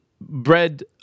bread